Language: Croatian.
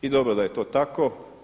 I dobro da je to tako.